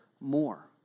more